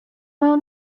panu